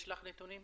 יש לך נתונים?